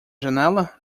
janela